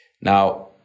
Now